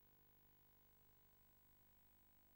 חברי